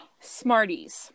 Smarties